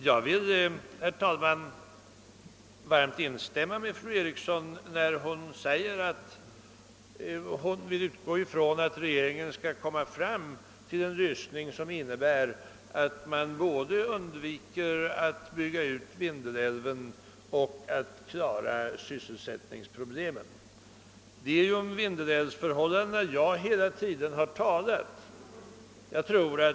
Herr talman! Jag vill varmt instämma med fru Eriksson i Stockholm, när hon säger sig utgå ifrån att regeringen skall nå fram till en lösning som innebär att man både undviker att bygga ut Vindelälven och klarar sysselsättningsproblemen. Det är ju om Vindelälvsförhållandena jag hela tiden har talat.